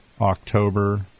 october